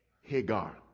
Hagar